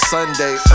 Sunday